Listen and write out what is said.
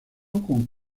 con